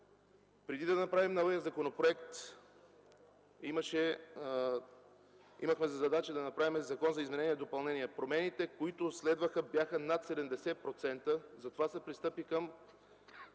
Преди да направим новия законопроект, имахме за задача да направим закон за изменение и допълнение. Промените, които последваха, бяха над 70%. Затова се пристъпи към